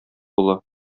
була